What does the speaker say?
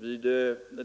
Vid